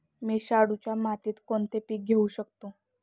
मी शाडूच्या मातीत कोणते पीक घेवू शकतो?